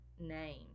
name